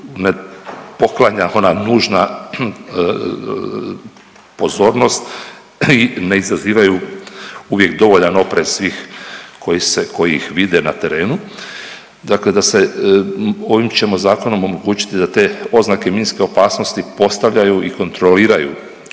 ne poklanja ona nužna pozornost i ne izazivaju uvijek dovoljan oprez svih koji se, koji ih vide na terenu. Dakle da se, ovim ćemo Zakonom omogućiti da te oznake minske opasnosti postavljaju i kontroliraju